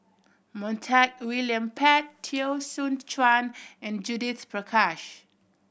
Montague William Pett Teo Soon Chuan and Judith Prakash